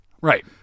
right